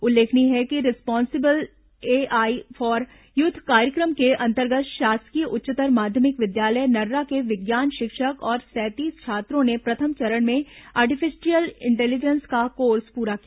उल्लेखनीय है कि रिस्पॉन्सिबल एआई फॉर यूथ कार्यक्रम के अंतर्गत शासकीय उच्चतर माध्यमिक विद्यालय नर्रा के विज्ञान शिक्षक और सैंतीस छात्रों ने प्रथम चरण में आर्टिफिशियल इंटेलिजेंस का कोर्स प्ररा किया